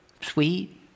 sweet